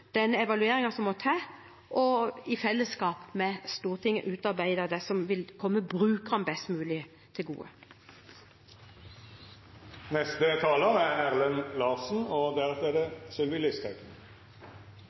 den evalueringen som må til, og i fellesskap med Stortinget utarbeide det som vil komme brukerne best mulig til